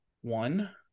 One